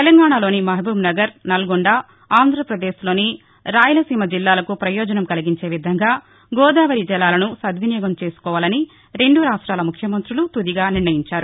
తెలంగాణలోని మహబూబ్నగర్ నల్గొండ ఆంధ్రాప్రదేశ్లోని రాయలసీమ జిల్లాలకు పయోజనం కలిగించే విధంగా గోదాపరి జలాలను సద్వినియోగం చేసుకోవాలని రెండు రాష్ట్లాల ముఖ్యమంతులు తుదిగా నిర్ణయించారు